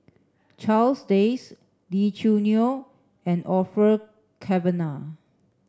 Charles Dyce Lee Choo Neo and Orfeur Cavenagh